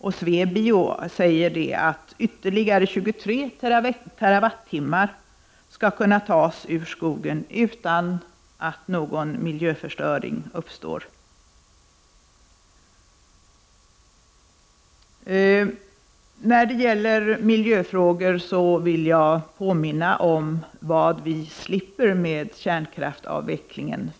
Svenska bioenergiföreningen säger att ytterligare 23 terawatttimmar skall kunna tas från skogen utan att någon miljöförstöring uppstår. När det gäller miljöfrågor vill jag påminna om vad vi slipper i och med avvecklingen av kärnkraften.